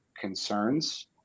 concerns